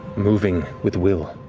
moving with will.